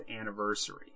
anniversary